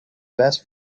best